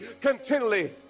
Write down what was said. continually